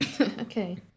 Okay